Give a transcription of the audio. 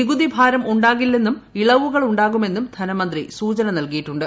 നികുതിഭാരമുണ്ടാകില്ലെന്നും ഇളവുകളുണ്ടാകുമെന്നും ധനമന്ത്രി സൂചനനൽകിയിട്ടുണ്ട്